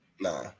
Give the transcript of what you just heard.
Nah